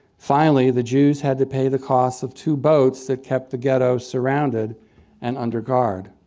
finally, the jews had to pay the cost of two boats that kept the ghetto surrounded and under guard.